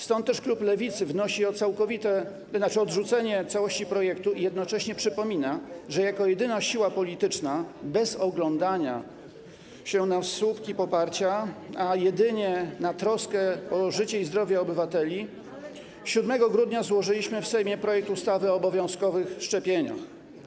Stąd też klub Lewicy wnosi o odrzucenie całości projektu i jednocześnie przypomina, że jako jedyna siła polityczna, bez oglądania się na słupki poparcia, a jedynie z troski o życie i zdrowie obywateli, 7 grudnia złożyliśmy w Sejmie projekt ustawy o obowiązkowych szczepieniach.